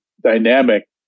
dynamic